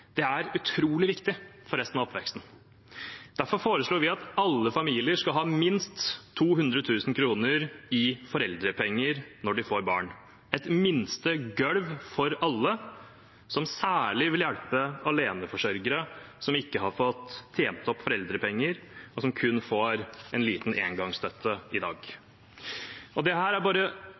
er utrolig viktig for resten av oppveksten. Derfor foreslår vi at alle familier skal ha minst 200 000 kr i foreldrepenger når de får barn, et minste gulv for alle, som særlig vil hjelpe aleneforsørgere som ikke har fått tjent opp foreldrepenger, og som kun får en liten engangsstøtte i dag. Dette er bare